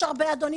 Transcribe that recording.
יש הרבה אדוני,